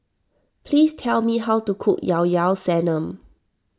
please tell me how to cook Llao Llao Sanum